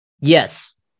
Yes